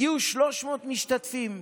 הגיעו 300 משתתפים,